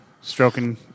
Stroking